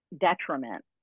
detriment